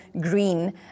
green